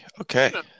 okay